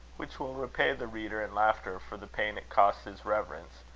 which will repay the reader in laughter for the pain it costs his reverence,